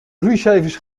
groeicijfers